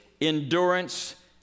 endurance